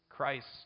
Christ